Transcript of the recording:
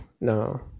No